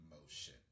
motion